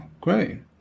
great